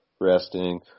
resting